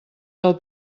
del